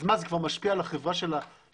אז זה כבר משפיע על החברה ששולטת?